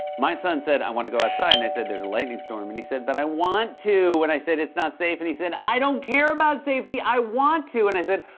my son said, i want to go outside, and i said, there's a lightning storm. and he said, but i want to! and i said, it's not safe, and he said, i don't care about safety! i want to! and i said,